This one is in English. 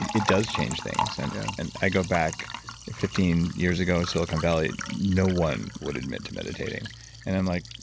it it does change things. and yeah and i go back fifteen years ago in silicon valley, no one would admit to meditating and i'm like,